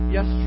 Yes